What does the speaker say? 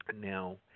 Now